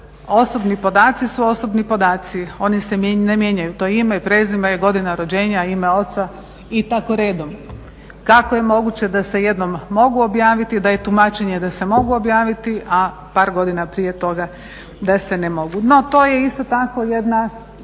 osobni podaci su osobni podaci, oni se ne mijenjaju. To je ime, prezime, godina rođenja, ime oca i tako redom. Kako je moguće da se jednom mogu objaviti da je tumačenje da se mogu objaviti a par godina prije toga da se ne mogu. No, to je isto tako jedna